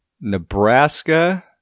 nebraska